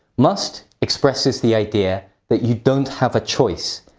must expresses the idea that you don't have a choice.